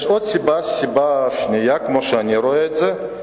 יש עוד סיבה, סיבה שנייה, כמו שאני רואה את זה.